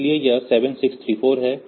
इसलिए यह 7 6 3 4 है